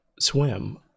swim